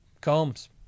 Combs